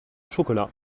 chocolat